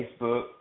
Facebook